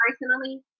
personally